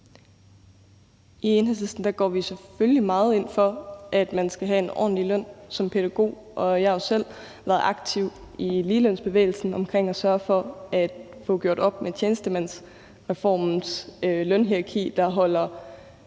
I Enhedslisten går vi selvfølgelig meget ind for, at man skal have en ordentlig løn som pædagog. Jeg har selv været aktiv i ligelønsbevægelsen omkring at sørge for at få gjort op med tjenestemandsreformens lønhierarki, der holder